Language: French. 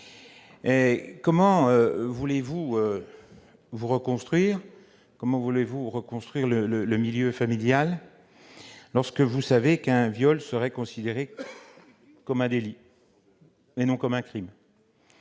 Comment voulez-vous vous reconstruire, reconstruire le milieu familial, lorsque vous savez qu'un viol serait considéré comme un délit, non comme un crime ?